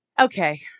Okay